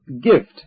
gift